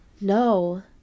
No